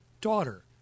daughter